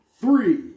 three